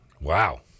Wow